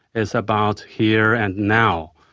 it's about here and now.